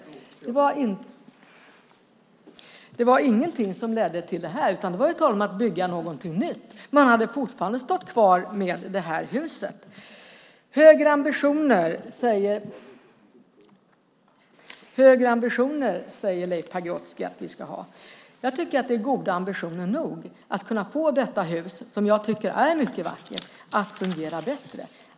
Det var ingenting som ledde till det här, utan det var tal om att bygga någonting nytt. Men han hade fortfarande stått kvar med det nuvarande huset. Högre ambitioner, säger Leif Pagrotsky att vi ska ha. Jag tycker att det är goda ambitioner nog att kunna få Nationalmuseums hus, som jag tycker är mycket vackert, att fungera bättre.